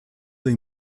they